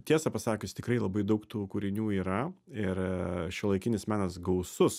tiesą pasakius tikrai labai daug tų kūrinių yra ir šiuolaikinis menas gausus